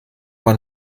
man